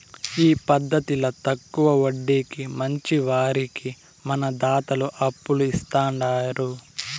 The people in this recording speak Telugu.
ఈ పద్దతిల తక్కవ వడ్డీకి మంచివారికి మన దాతలు అప్పులు ఇస్తాండారు